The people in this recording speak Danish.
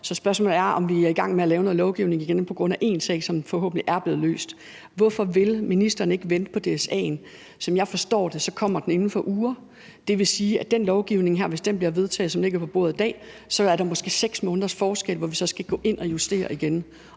Så spørgsmålet er, om vi er i gang med igen at lave noget lovgivning på grund af én sag, som forhåbentlig er blevet løst. Hvorfor vil ministeren ikke vente på DSA'en? Som jeg forstår det, kommer den inden for uger, og det vil sige, at hvis den her lovgivning bliver vedtaget, som den ligger på bordet i dag, er der måske 6 måneders forskel, i forhold til at vi så skal ind at justere det